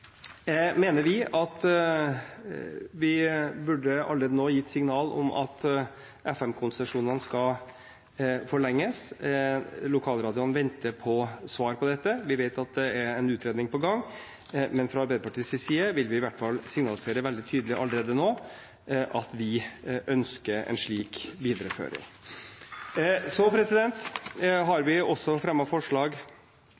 mener vi at vi allerede nå burde gi signal om at FM-konsesjonene skal forlenges. Lokalradioene venter på svar på dette. Vi vet at det er en utredning på gang, men fra Arbeiderpartiets side vil vi i hvert fall signalisere veldig tydelig allerede nå at vi ønsker en slik videreføring. Så